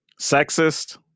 sexist